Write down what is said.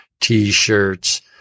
t-shirts